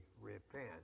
repent